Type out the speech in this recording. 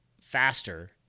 faster